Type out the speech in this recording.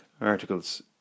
articles